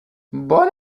bon